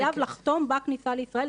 שהיו חייבים לחתום בכניסה לישראל,